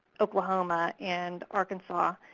oklahoma, and arkansas.